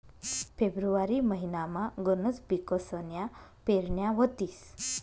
February महिनामा गनच पिकसन्या पेरण्या व्हतीस